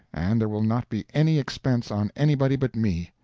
and there will not be any expense on anybody but me.